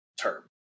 term